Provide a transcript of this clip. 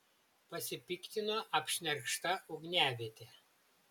pasipiktino apšnerkšta ugniaviete